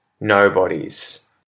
Nobody's